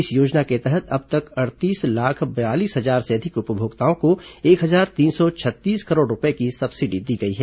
इस योजना के तहत अब तक अड़तीस लाख बयालीस हजार से अधिक उपभोक्ताओं को एक हजार तीन सौ छत्तीस करोड़ रूपये की सब्सिडी दी गई है